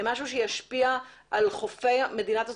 הן משהו שישפיע על חופי מדינת ישראל,